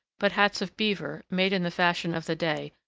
but hats of beaver, made in the fashion of the day,